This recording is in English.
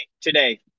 today